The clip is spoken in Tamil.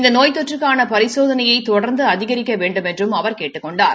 இந்த நோய் தொற்றுக்கான பரிசோதனைய தொடர்ந்து அதிகரிக்க வேண்டுமென்றும் அவர் கேட்டுக் கொண்டார்